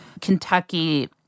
Kentucky